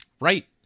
Right